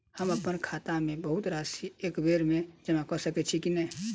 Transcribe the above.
हम अप्पन खाता मे बहुत राशि एकबेर मे जमा कऽ सकैत छी की नै?